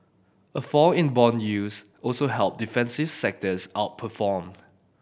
a fall in bond yields also helped defensive sectors outperformed